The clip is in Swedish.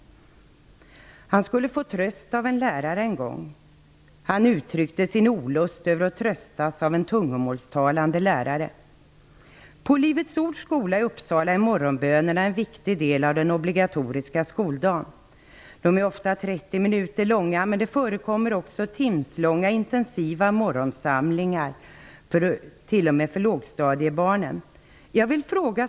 Han skulle en gång få tröst av en lärare. Han uttryckte sin olust över att tröstas av tungomålstalande lärare. På Livets Ords skola i Uppsala är morgonbönerna en viktig del av den obligatoriska skoldagen. De är ofta 30 minuter långa, men det förekommer också timslånga intensiva morgonsamlingar, t.o.m. för lågstadiebarnen.